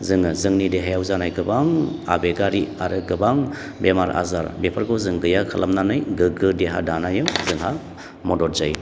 जोङो जोंनि देहायाव जानाय गोबां आबेगारि आरो गोबां बेमार आजार बेफोरखौ जों गैया खालामनानै गोग्गो देहा दानायाव जोंहा मदद जायो